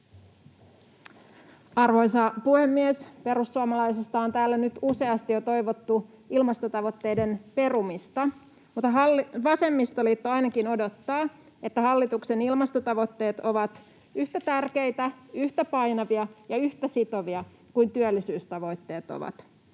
Arvoisa puhemies! Perussuomalaisista on täällä nyt useasti jo toivottu ilmastotavoitteiden perumista, mutta vasemmistoliitto ainakin odottaa, että hallituksen ilmastotavoitteet ovat yhtä tärkeitä, yhtä painavia ja yhtä sitovia kuin työllisyystavoitteet ovat.